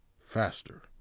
faster